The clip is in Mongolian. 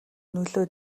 нөлөө